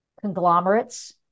conglomerates